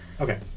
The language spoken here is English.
Okay